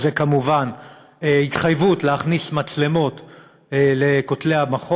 כמובן התחייבות להכניס מצלמות למכון,